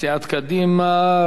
מסיעת קדימה,